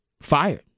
fired